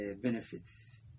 benefits